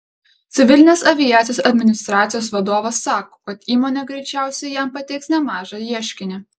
civilinės aviacijos administracijos vadovas sako kad įmonė greičiausiai jam pateiks nemažą ieškinį